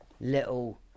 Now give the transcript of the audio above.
little